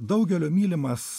daugelio mylimas